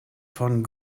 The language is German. von